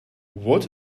what